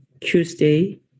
Tuesday